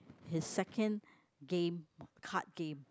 his second game card game